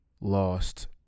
lost